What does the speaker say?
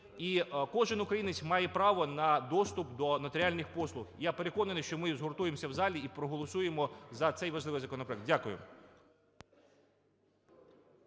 І кожен українець має право на доступ до нотаріальних послуг. Я переконаний, що ми згуртуємось в залі і проголосуємо за цей важливий законопроект. Дякую.